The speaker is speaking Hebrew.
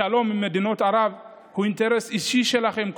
השלום עם מדינות ערב הוא אינטרס אישי שלכם,